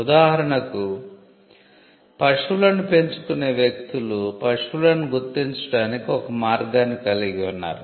ఉదాహరణకు పశువులను పెంచుకునే వ్యక్తులు పశువులను గుర్తించడానికి ఒక మార్గాన్ని కలిగి ఉన్నారు